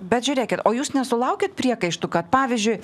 bet žiūrėkit o jūs nesulaukiat priekaištų kad pavyzdžiui